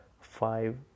five